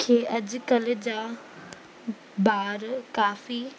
खे अॼुकल्ह जा ॿार काफ़ी